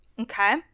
Okay